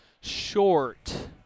short